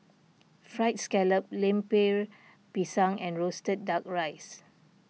Fried Scallop Lemper Pisang and Roasted Duck Rice